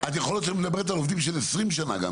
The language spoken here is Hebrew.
יכול להיות שאת מדברת על עובדים עם 20 שנים.